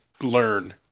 learn